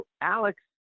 Alex